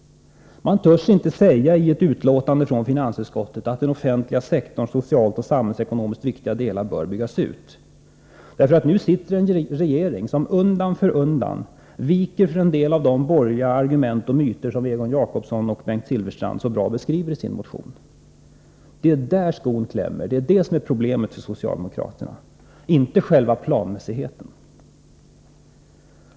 I ett betänkande från finansutskottet törs man inte säga att den offentliga sektorns socialt och samhällsekonomiskt viktiga delar bör byggas ut. Nu sitter en regering som undan för undan viker för en del av de borgerliga argument och myter som Egon Jacobsson och Bengt Silfverstrand så bra beskriver i sin motion. Det är där skon klämmer, det är det som är problemet för socialdemokraterna, inte själva planmässigheten.